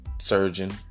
surgeon